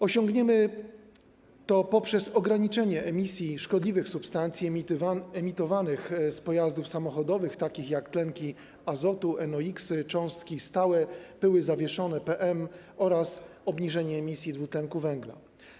Osiągniemy to przez ograniczenie emisji szkodliwych substancji emitowanych z pojazdów samochodowych takich jak tlenki azotu NO3 , cząstki stałe, pyły zawieszone oraz ograniczenie emisji dwutlenku węgla.